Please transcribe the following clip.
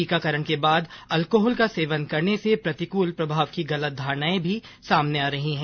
टीकाकरण के बाद अल्कोहल का सेवन करने से प्रतिकूल प्रभाव की गलत धारणाएं भी सामने आ रही हैं